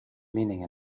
meaning